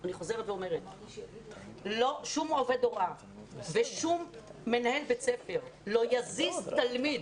ואני חוזרת ואומרת שאף עובד הוראה ואף מנהל בית ספר לא יזיז תלמיד